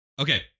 Okay